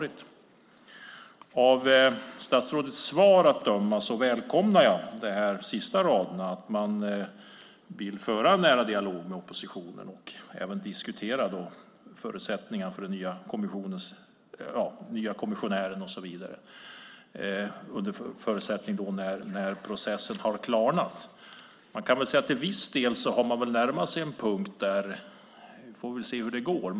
I statsrådets svar välkomnar jag de sista raderna om att man vill föra en nära dialog med oppositionen och även diskutera förutsättningarna för den nya kommissionären när processen har klarnat. Vi får se hur det går.